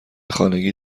خانگی